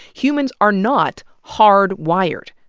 humans are not hard-wired.